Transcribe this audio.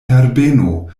herbeno